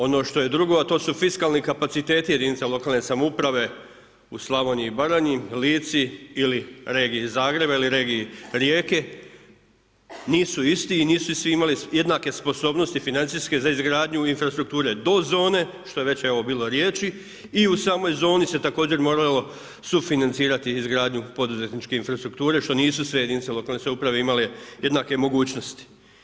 Ono što je drugo a to su fiskalni kapaciteti jedinica lokalne samouprave u Slavoniji i Baranji, Lici ili regiji Zagreba ili regiji Rijeke, nisu isti i nisu svi imali jednake sposobnosti financijske za izgradnju infrastrukture do zone što je već bilo evo i riječi, i u samoj zoni se također moralo sufinancirati izgradnju poduzetničke infrastrukture što nisu sve jedinice lokalne samouprave imale jednake mogućnosti.